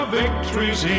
victories